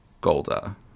Golda